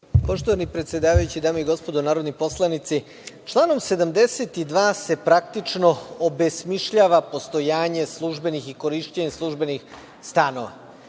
Poštovani predsedavajući, dame i gospodo narodni poslanici, članom 72. se praktično obesmišljava postojanje službenih i korišćenje službenih stanova.